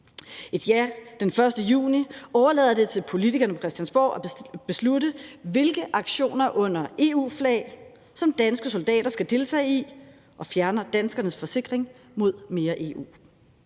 Et ja den 1. juni overlader det til politikerne på Christiansborg at beslutte, hvilke aktioner under EU-flag danske soldater skal deltage i, og fjerner danskernes forsikring mod mere EU.